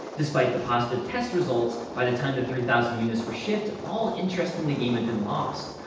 despite the positive test results, by the time the three thousand units were shipped, all interest in the game had been lost.